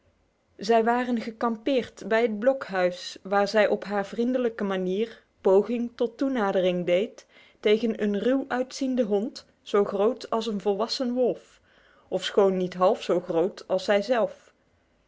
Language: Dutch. zij waren gekampeerd bij het blokhuis waar zij op haar vriendelijke manier poging tot toenadering deed tegen een ruw uitziende hond zo groot als een volwassen wolf ofschoon niet half zo groot als zij zelf